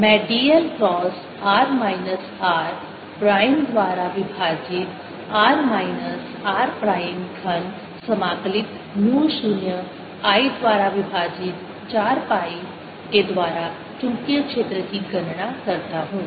मैं dl cross r minus r prime द्वारा विभाजित r माइनस r प्राइम घन समाकलित म्यू 0 I द्वारा विभाजित 4 पाई के द्वारा चुंबकीय क्षेत्र की गणना करता हूं